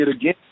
again